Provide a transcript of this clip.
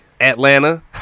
Atlanta